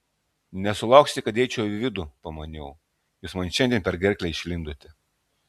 nesulauksite kad eičiau į vidų pamaniau jūs man šiandien per gerklę išlindote